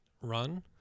run